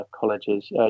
colleges